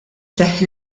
seħħ